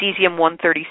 cesium-137